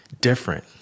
different